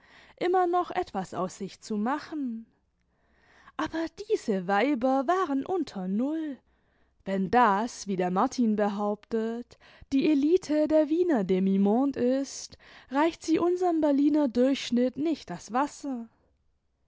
immer noch etwas aus sich zu machen aber diese weiber waren unter null wenn das wie der martin behauptet die elite der wiener demimonde ist reicht sie unsenn berliner durchschnitt nicht das wasser